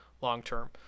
long-term